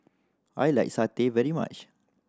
I like satay very much